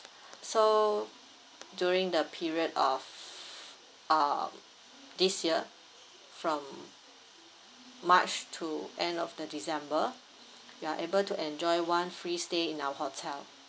so during the period of uh this year from march to end of the december you are able to enjoy one free stay in our hotel